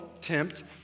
tempt